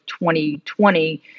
2020